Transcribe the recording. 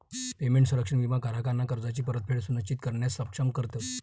payment संरक्षण विमा ग्राहकांना कर्जाची परतफेड सुनिश्चित करण्यास सक्षम करतो